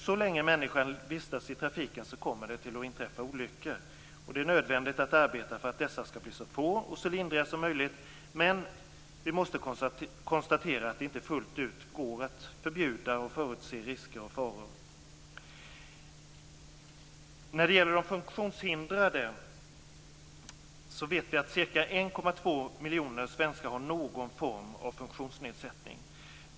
Så länge människan vistas i trafiken kommer det att inträffa olyckor. Det är nödvändigt att arbeta för att dessa skall bli så få och så lindriga som möjligt, men vi måste konstatera att det inte fullt ut går att förbjuda och förutse faror och risker. När det gäller de funktionshindrade vet vi att ca 1,2 miljoner svenskar har någon form av funktionsnedsättning.